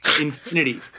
infinity